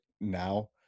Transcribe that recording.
now